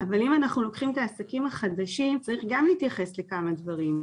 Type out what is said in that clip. אבל אם אנחנו לוקחים את העסקים החדשים צריך גם להתייחס לכמה דברים.